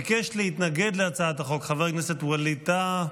ביקש להתנגד להצעת החוק חבר הכנסת ווליד טאהא.